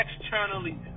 externally